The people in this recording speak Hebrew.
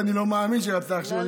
ואני לא מאמין שהיא רצתה להכשיל אותי.